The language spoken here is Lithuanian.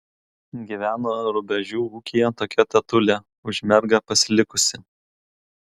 gyveno rubežių ūkyje tokia tetulė už mergą pasilikusi